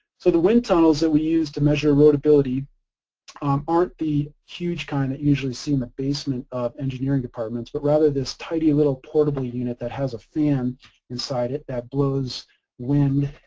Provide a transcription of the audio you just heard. so the wind tunnels that we used to measure erodibility um aren't the huge kind that you usually see in the basement of engineering departments, but rather this tidy little portable unit that has a fan inside it that blows wind,